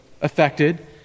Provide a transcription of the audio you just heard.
affected